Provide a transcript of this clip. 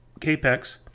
capex